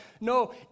No